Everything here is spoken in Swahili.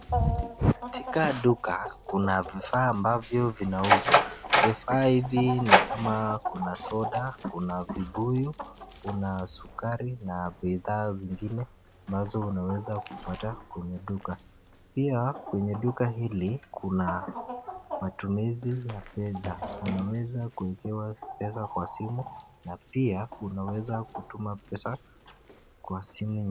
Katika duka kuna vifaa ambavyo vinauzwa , vifaa hivi ni kama kuna soda, kuna vibuyu, kuna sukari na bidhaa zingine ambazo unaweza kupata kwenye duka pia, kwenye duka hili kuna matumizi ya pesa unaweza kuwekewa pesa kwa simu na pia unaweza kutuma pesa kwa simu.